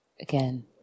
again